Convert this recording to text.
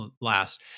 last